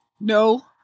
No